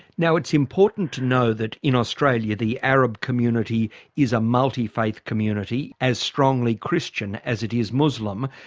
now, it's important to know that in australia the arab community is a multi-faith community, as strongly christian as it is muslim.